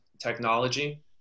technology